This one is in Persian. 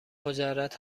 مجرد